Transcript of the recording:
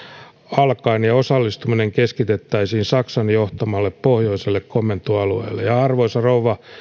alkaen osallistuminen keskitettäisiin saksan johtamalle pohjoiselle komentoalueelle arvoisa rouva